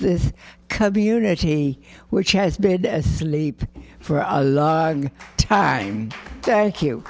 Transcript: this community which has been asleep for a long time thank you